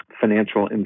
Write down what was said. financial